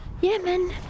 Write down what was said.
Yemen